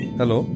Hello